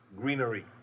greenery